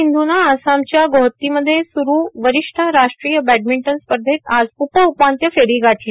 सिंधूनं आसामच्या गोहत्तीमध्ये सुरू वरिष्ठ राष्ट्रीय बॅडमिंटन स्पर्धेत आज उपउपांत्य फेरी गाठली